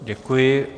Děkuji.